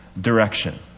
direction